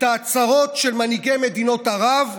את ההצהרות של מנהיגי מדינות ערב באזור,